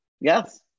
yes